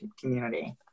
community